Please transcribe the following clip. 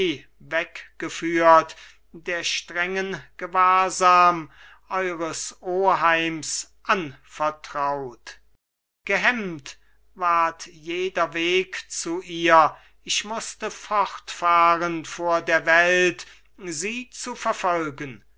weggeführt der strengen gewahrsam eures oheims anvertraut gehemmt ward jeder weg zu ihr ich mußte fortfahren vor der welt sie zu verfolgen